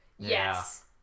Yes